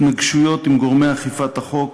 התנגשויות עם גורמי אכיפת החוק